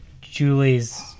Julie's